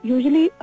Usually